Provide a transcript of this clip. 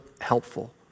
helpful